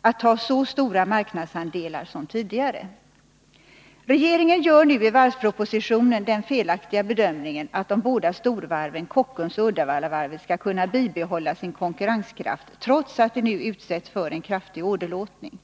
att ta så stora marknadsandelar som tidigare. Regeringen gör nu i varvspropositionen den felaktiga bedömningen att de båda storvarven Kockums och Uddevallavarvet skall kunna bibehålla sin konkurrenskraft trots att de nu utsätts för en kraftig åderlåtning.